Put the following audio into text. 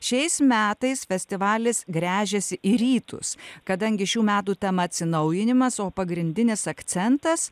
šiais metais festivalis gręžiasi į rytus kadangi šių metų tema atsinaujinimas o pagrindinis akcentas